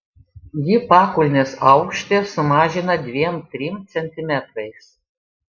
ji pakulnės aukštį sumažina dviem trim centimetrais